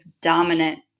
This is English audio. dominant